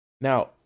Now